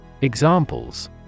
Examples